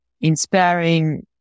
inspiring